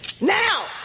Now